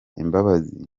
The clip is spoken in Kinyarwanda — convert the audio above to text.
imbabazi